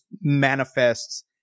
manifests